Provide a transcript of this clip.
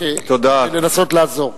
כדי לנסות לעזור.